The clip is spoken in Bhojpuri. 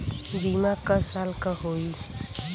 बीमा क साल क होई?